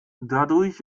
dadurch